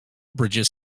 bridges